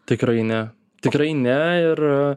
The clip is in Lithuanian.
tikrai ne tikrai ne ir